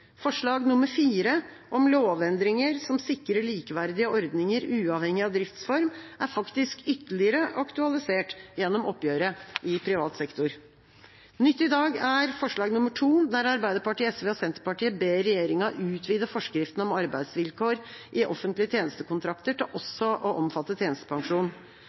Forslag nr. 4 om lovendringer som sikrer likeverdige ordninger uavhengig av driftsform, er faktisk ytterligere aktualisert gjennom oppgjøret i privat sektor. Nytt i dag er forslag nr. 2, der Arbeiderpartiet, SV og Senterpartiet ber regjeringa utvide forskriften om arbeidsvilkår i offentlige tjenestekontrakter til også å omfatte tjenestepensjon.